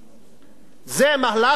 זה מהלך אידיאולוגי,